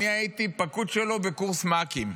אני הייתי פקוד שלו בקורס מ"כים.